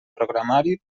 programari